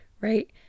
right